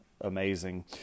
Amazing